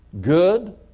good